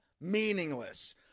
meaningless